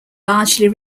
largely